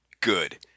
good